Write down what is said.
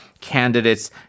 candidates